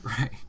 Right